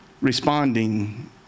responding